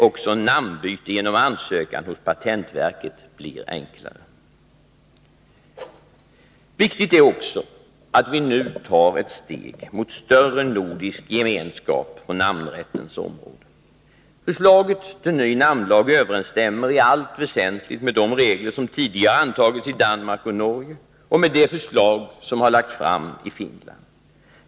Även namnbyte genom ansökan hos patentverket blir enklare. Betydelsefullt är också att vi nu tar ett steg mot större nordisk gemenskap på namnrättens område. Förslaget till ny namnlag överensstämmer i allt väsentligt med de nya regler som tidigare har antagits i Danmark och Norge samt med det förslag som har lagts fram i Finland.